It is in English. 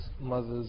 mothers